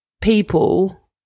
people